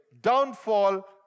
downfall